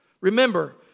remember